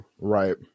Right